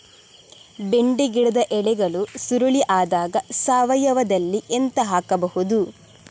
ಬೆಂಡೆ ಗಿಡದ ಎಲೆಗಳು ಸುರುಳಿ ಆದಾಗ ಸಾವಯವದಲ್ಲಿ ಎಂತ ಹಾಕಬಹುದು?